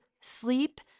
sleep